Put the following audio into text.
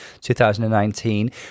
2019